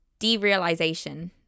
derealization